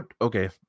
Okay